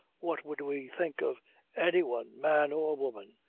what would we think of any one, man or woman,